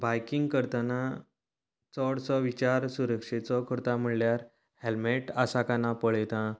biking करतना चडसो विचार सुरक्षेचो करता म्हणल्यार हेल्मेट आसा काय ना पळयता